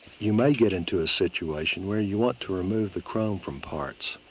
you may get into a situation where you want to remove the chrome from parts.